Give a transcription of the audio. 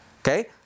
okay